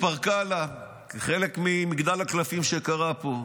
התפרקה לה כחלק ממגדל הקלפים שקרה פה.